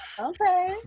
Okay